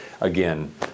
again